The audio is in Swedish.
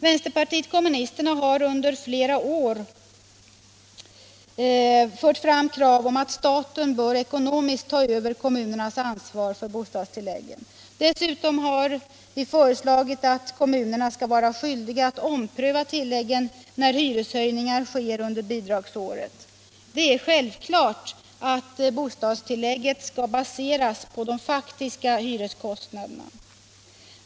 Vpk har under flera år fört fram krav om att staten bör ekonomiskt ta över kommunernas ansvar för bostadstilläggen. Dessutom har vi föreslagit att kommunerna skall vara skyldiga att ompröva tilläggen när hyreshöjningar sker under bidragsåret. Det är självklart att bostadstilllägget skall baseras på de faktiska hyreskostnaderna.